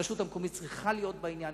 הרשות המקומית צריכה להיות בעניין,